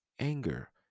anger